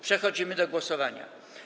Przechodzimy do głosowania.